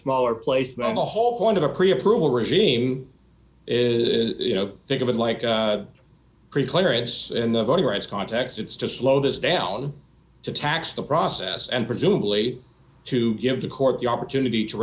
smaller place but on the whole point of a pre approval regime is you know think of it like a pre clearance in the voting rights context it's to slow this down to tax the process and presumably to give the court the opportunity to